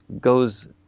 goes